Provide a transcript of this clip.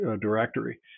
directory